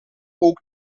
ook